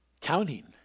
counting